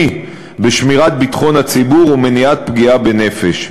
בשמירת ביטחון הציבור ומניעת פגיעה בנפש.